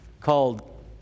called